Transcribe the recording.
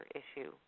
issue